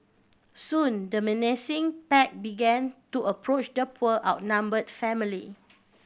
soon the menacing pack began to approach the poor outnumbered family